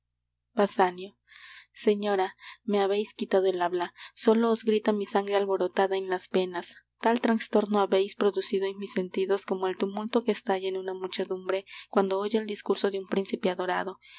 señora me habeis quitado el habla sólo os grita mi sangre alborotada en las venas tal trastorno habeis producido en mis sentidos como el tumulto que estalla en una muchedumbre cuando oye el discurso de un príncipe adorado